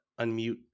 unmute